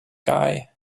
guy